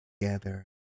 together